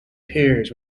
piers